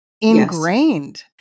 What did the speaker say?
ingrained